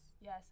Yes